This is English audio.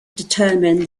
determine